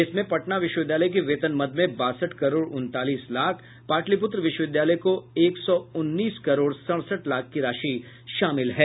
इसमें पटना विश्वविद्यालय के वेतन मद में बासठ करोड़ उनतालिस लाख पाटलिपूत्र विश्वविद्यालय को एक सौ उन्नीस करोड़ सड़सठ लाख की राशि शामिल है